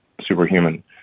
superhuman